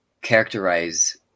characterize